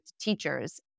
teachers